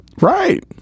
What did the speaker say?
right